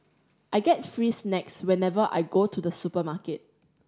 I get free snacks whenever I go to the supermarket